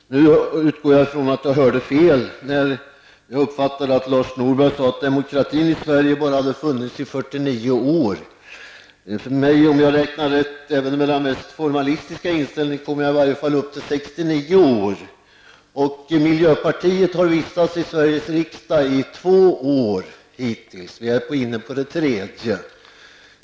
Jag utgår från att jag hörde fel när jag uppfattade det så att Lars Norberg sade att demokratin i Sverige bara har funnits i 49 år. Även med den mest formalistiska inställning kommer jag i varje fall upp till 69 år. Miljöpartiet har funnits i Sveriges riksdag i två år och är inne på det tredje.